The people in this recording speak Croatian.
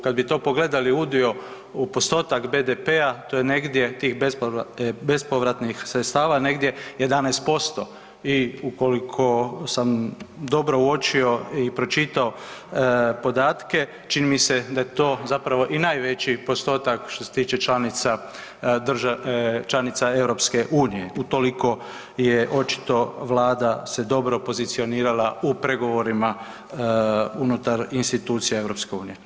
Kad bi to pogledali u udio, u postotak BDP-a to je negdje tih bespovratnih sredstava negdje 11% i ukoliko sam dobro uočio i pročitao podatke čini mi se da je to zapravo i najveći postotak što se tiče članica, članica EU, utoliko je očito vlada se dobro pozicionirala u pregovorima unutar institucija EU.